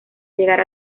llegar